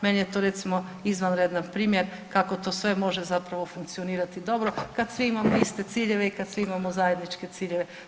Meni je to recimo izvanredan primjer kako to sve može zapravo funkcionirati dobro kad svi imamo iste ciljeve i kad svi imamo zajedničke ciljeve.